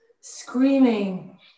screaming